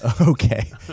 Okay